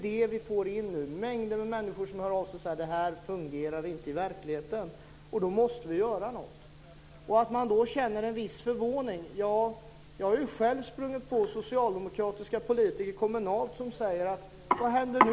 Det är mängder av människor som hör av sig och säger att detta inte fungerar i verkligheten. Då måste vi göra något. Då känner man en viss förvåning. Jag har själv sprungit på socialdemokratiska kommunalpolitiker som undrar vad som händer nu.